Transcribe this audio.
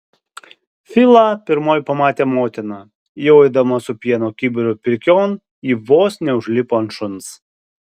filą pirmoji pamatė motina jau eidama su pieno kibiru pirkion ji vos neužlipo ant šuns